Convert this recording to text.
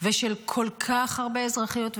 ושל כל כך הרבה אזרחיות ואזרחים,